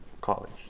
College